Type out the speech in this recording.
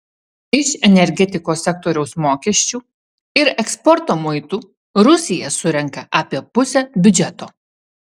iš energetikos sektoriaus mokesčių ir eksporto muitų rusija surenka apie pusę biudžeto